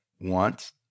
want